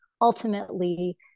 ultimately